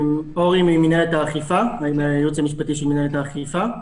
אורי מהייעוץ המשפטי של מנהלת האכיפה.